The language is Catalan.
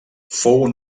fou